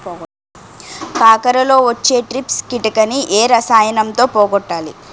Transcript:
కాకరలో వచ్చే ట్రిప్స్ కిటకని ఏ రసాయనంతో పోగొట్టాలి?